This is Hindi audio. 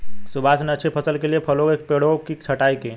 सुभाष ने अच्छी फसल के लिए फलों के पेड़ों की छंटाई की